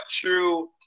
true